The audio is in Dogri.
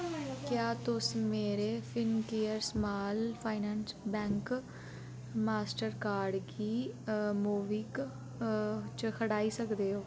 क्या तुस मेरे Fincare small finance bank master card गी मोबीक चा हटाई सकदे ओ